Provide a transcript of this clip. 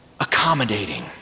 accommodating